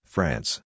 France